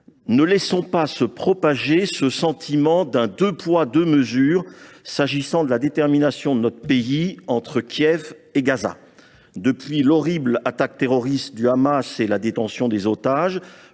ne laissons pas se propager le sentiment d’un deux poids, deux mesures, s’agissant de la détermination de notre pays, entre Kiev et Gaza. Depuis l’horrible attaque terroriste du Hamas et la détention des otages,